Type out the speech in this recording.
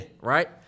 Right